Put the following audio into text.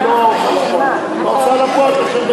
ולא ההוצאה לפועל.